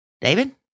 David